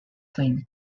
claim